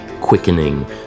quickening